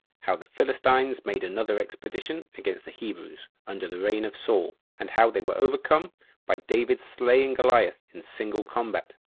how the philistines made another expedition against the hebrews under the reign of saul and how they were overcome by david's slaying goliath in single combat.